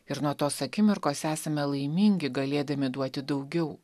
ir nuo tos akimirkos esame laimingi galėdami duoti daugiau